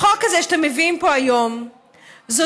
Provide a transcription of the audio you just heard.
החוק הזה שאתם מביאים פה היום הוא דוגמה,